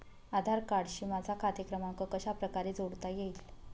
आधार कार्डशी माझा खाते क्रमांक कशाप्रकारे जोडता येईल?